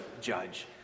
judge